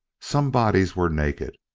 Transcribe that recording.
some bodies were naked,